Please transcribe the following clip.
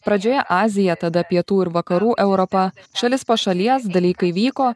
pradžioje azija tada pietų ir vakarų europa šalis po šalies dalykai vyko